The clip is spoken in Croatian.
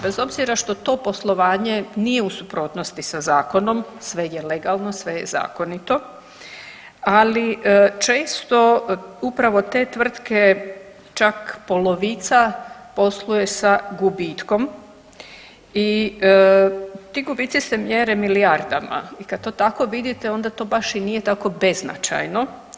Bez obzira što to poslovanje nije u suprotnosti sa zakonom, sve je legalno, sve je zakonito, ali često upravo te tvrtke čak polovica posluje sa gubitkom i ti gubici se mjere milijardama i kad to tako vidite onda to baš i nije tako beznačajno.